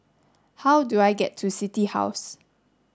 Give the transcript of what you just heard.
how do I get to City House